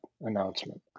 announcement